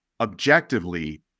objectively